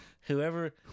Whoever